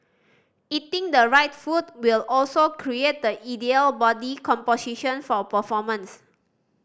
eating the right food will also create the ideal body composition for performance